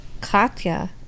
Katya